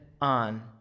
on